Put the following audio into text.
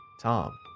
Tom